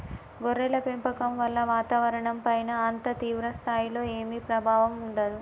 గొర్రెల పెంపకం వల్ల వాతావరణంపైన అంత తీవ్ర స్థాయిలో ఏమీ ప్రభావం ఉండదు